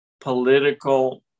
political